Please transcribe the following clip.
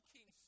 King